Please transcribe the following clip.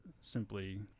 simply